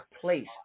place